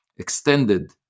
extended